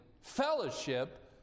fellowship